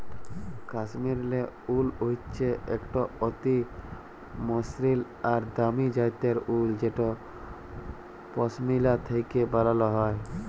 কাশ্মীরলে উল হচ্যে একট অতি মসৃল আর দামি জ্যাতের উল যেট পশমিলা থ্যাকে ব্যালাল হয়